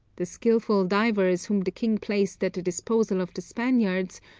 the skilful divers whom the king placed at the disposal of the spaniards,